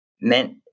meant